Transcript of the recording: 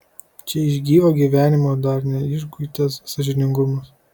čia iš gyvo gyvenimo dar neišguitas sąžiningumas